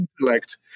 intellect